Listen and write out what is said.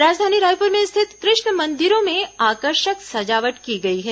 राजधानी रायपुर में स्थित कृष्ण मंदिरों में आकर्षक सजावट की गई है